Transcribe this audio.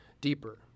deeper